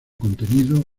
contenido